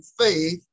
faith